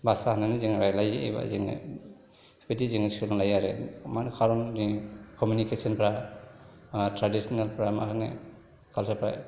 भाषा होननानै जों रायज्लायो एबा जोङो बिदि जों सोलोंलायो आरो मा खालामो जोंनि कमिउनिकेसनफ्रा ट्रेडिसनेलफ्रा मा होनो कालचारफ्रा